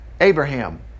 Abraham